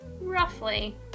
roughly